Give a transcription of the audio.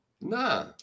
Nah